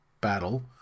battle